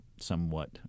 Somewhat